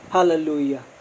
Hallelujah